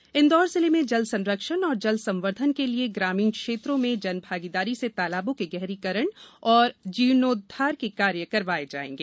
तालाब गहरीकरण इंदौर जिले में जल संरक्षण और जल संवर्धन के लिये ग्रामीण क्षेत्रों में जनभागीदारी से तालाबों के गहरीकरण और जीर्णोद्वार के कार्य करवाये जायेंगे